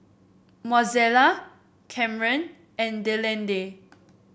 Mozella Kamryn and Delaney